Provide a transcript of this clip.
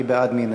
מי בעד?